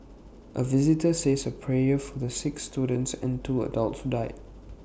A visitor says A prayer for the six students and two adults who died